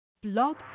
Blog